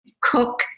cook